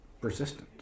persistent